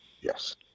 Yes